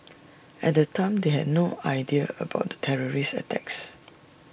at the time they had no idea about the terrorist attacks